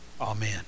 Amen